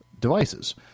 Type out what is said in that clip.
devices